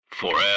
forever